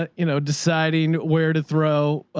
ah you know, deciding where to throw, ah,